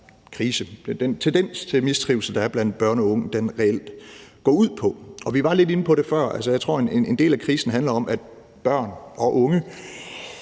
hvad den tendens til mistrivsel, der er blandt børn og unge, reelt går ud på. Vi var lidt inde på det før. Jeg tror, en del af krisen handler om, at børn og unge